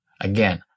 Again